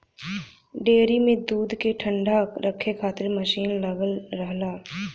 dairy में दूध क ठण्डा रखे खातिर मसीन लगल रहला